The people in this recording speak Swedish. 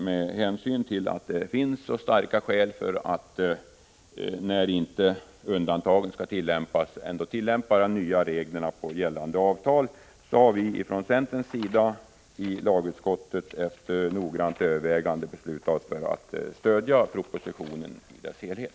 Med hänsyn till att det finns så starka skäl för att tillämpa de nya reglerna på gällande avtal när det inte är fråga om undantagsfallen, har vi från centerpartiets sida i lagutskottet efter noggrant övervägande beslutat oss för att stödja propositionen i dess helhet.